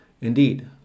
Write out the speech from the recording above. Indeed